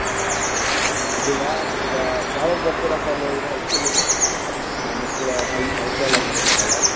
ಹೌದಾ ಅಡ್ಡಿಯಿಲ್ಲ ಈಗ ಯಾವಾಗ ಬರ್ತೀರಾ ಕಾಲೇ ಹೈಸ್ಕೂಲಿಗೆ ಮಕ್ಕಳ ಅಳ್ ಅಳತೆ ಎಲ್ಲ ತಗೋಬೇಕಲ್ಲ